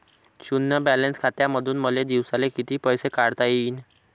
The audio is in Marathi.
शुन्य बॅलन्स खात्यामंधून मले दिवसाले कितीक पैसे काढता येईन?